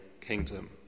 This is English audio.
kingdom